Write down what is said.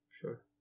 Sure